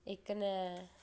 इक नै